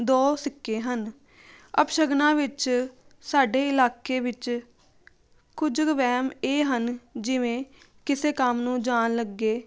ਦੋ ਸਿੱਕੇ ਹਨ ਅਪਸ਼ਗਨਾਂ ਵਿੱਚ ਸਾਡੇ ਇਲਾਕੇ ਵਿੱਚ ਕੁਝ ਕੁ ਵਹਿਮ ਇਹ ਹਨ ਜਿਵੇਂ ਕਿਸੇ ਕੰਮ ਨੂੰ ਜਾਣ ਲੱਗੇ